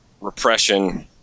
repression